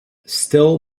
still